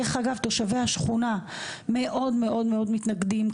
דרך אגב תושבי השכונה מאוד מאוד מתנגדים,